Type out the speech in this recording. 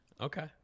Okay